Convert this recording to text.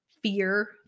Fear